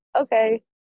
okay